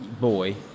boy